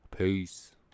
Peace